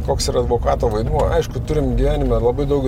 koks yra advokato vaidmuo aišku turim gyvenime labai daug